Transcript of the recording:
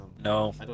No